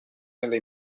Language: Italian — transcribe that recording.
nelle